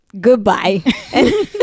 Goodbye